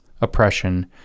oppression